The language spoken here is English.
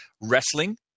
wrestling